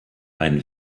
ein